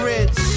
Rich